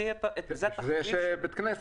בשביל זה יש בית כנסת.